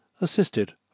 assisted